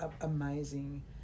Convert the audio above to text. amazing